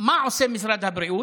מה עושה משרד הבריאות?